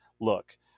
look